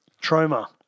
Trauma